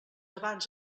abans